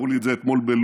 אמרו לי את זה אתמול בלוד,